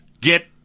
Get